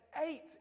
eight